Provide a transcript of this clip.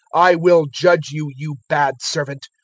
i will judge you, you bad servant.